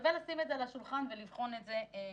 שווה לשים את זה על השולחן ולבחון את זה מחדש.